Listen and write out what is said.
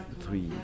three